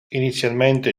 inizialmente